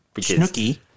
Snooky